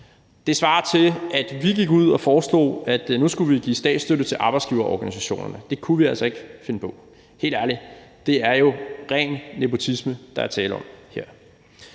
Det svarer til, at vi gik ud og foreslog, at nu skulle man give statsstøtte til arbejdsgiverorganisationerne. Det kunne vi altså ikke finde på. Helt ærligt: Det er jo ren nepotisme, der er tale om her.